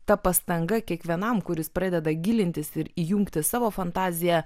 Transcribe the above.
ta pastanga kiekvienam kuris pradeda gilintis ir įjungti savo fantaziją